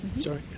Sorry